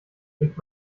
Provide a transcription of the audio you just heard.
sich